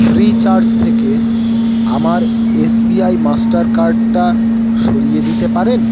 Freecharge থেকে আমার SBI master কার্ডটা সরিয়ে দিতে পারেন